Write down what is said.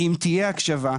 אם תהיה הקשבה,